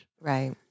Right